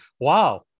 wow